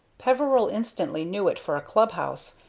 peveril instantly knew it for a club-house,